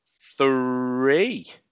three